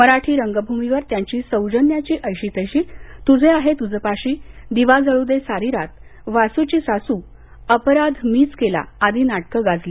मराठी रंगभूमीवर त्यांची सौजन्याची ऐशी तैशी तुझे आहे तुजपाशी दिवा जळू दे सारी रात वासूची सास् अपराध मीच केला आदी नाटक गाजली